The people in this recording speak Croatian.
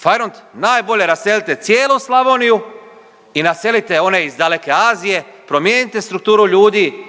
fajrunt, najbolje raselite cijelu Slavoniju i naselite one iz daleke Azije, promijenite strukturu ljudi